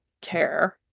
care